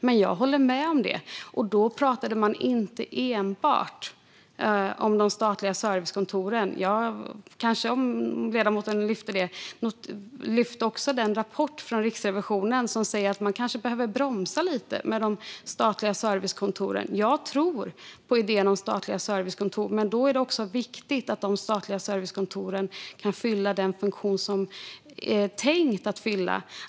Men jag håller med om det, och man pratade inte enbart om de statliga servicekontoren. Ledamoten lyfte upp den rapport från Riksrevisionen som säger att man kanske behöver bromsa lite med de statliga servicekontoren. Jag tror på idén med statliga servicekontor, men då är det viktigt att de statliga servicekontoren kan fylla den funktion som de är tänkta att fylla.